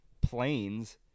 planes